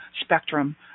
spectrum